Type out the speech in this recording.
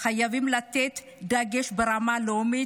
זה כל כך חשוב, וחייבים לתת דגש ברמה הלאומית.